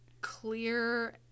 Clear